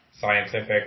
scientific